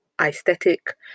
aesthetic